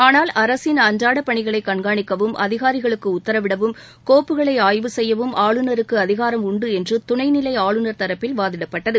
ஆனால் அரசின் அன்றாட பணிகளை கண்காணிக்கவும் அதிகாரிகளுக்கு உத்தரவிடவும் கோப்புகளை ஆய்வு செய்யவும் ஆளுநருக்கு அதிகாரம் உண்டு என்று துணைநிலை ஆளுநர் தரப்பில் வாதிடப்பட்டது